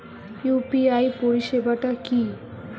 UPI পরিসেবাটা কি?